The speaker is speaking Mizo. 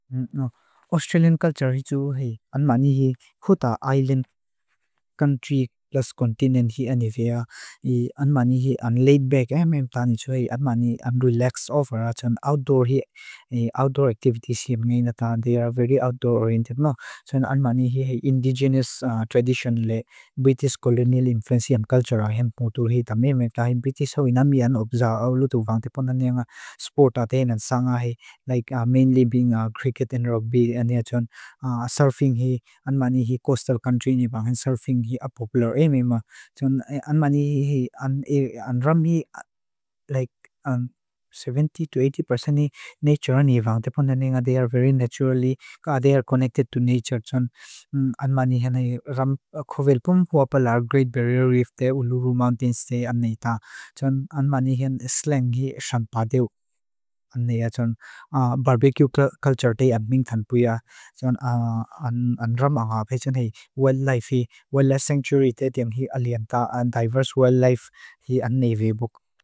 Australian culture hi tsu an mani hi khuta island country plus continent hi anivea. An mani hi an laid-back, an mani hi an relaxed over. Outdoor hi, outdoor activities hi meina ta, they are very outdoor oriented. So an mani hi indigenous tradition le, British colonial influence hi an culture ahem potur hi ta. Ta hi British hoi nami an observe aulutu vang. Tipo nani yangan sport athe he na sanga he. Like mainly being cricket and rugby. Surfing hi, an mani hi coastal country ni vang. And surfing hi a popular aim he ma. An mani hi, an ram hi like seventy to eighty percent ni nature ni vang. Tipo nani nga they are very naturally, they are connected to nature. An mani hi khuvel pum hua palar Great Barrier Reef de Uluru Mountains de an nei ta. An mani hi slang hi shanpa deo. Barbecue culture dey adming than puya. An ram anga bhejan hi wildlife hi, wildlife sanctuary dey tiyang hi alianta. And diverse wildlife hi an nei ve buk.